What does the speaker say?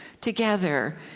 together